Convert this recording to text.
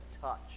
touch